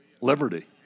Liberty